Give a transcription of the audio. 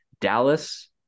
Dallas